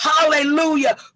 hallelujah